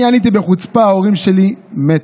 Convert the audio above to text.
אני עניתי בחוצפה: ההורים שלי מתו.